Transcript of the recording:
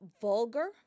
vulgar